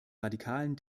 radikalen